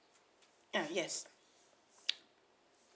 ah yes